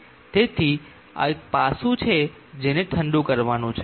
તેથી આ એક પાસું છે જેને ઠંડુ કરવાનો છે